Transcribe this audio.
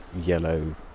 yellow